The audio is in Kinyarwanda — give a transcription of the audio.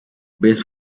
best